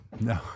No